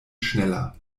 schneller